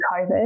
COVID